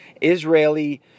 Israeli